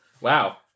Wow